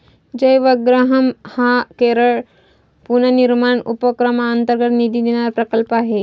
जयवग्रहम हा केरळ पुनर्निर्माण उपक्रमांतर्गत निधी देणारा प्रकल्प आहे